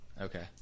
Okay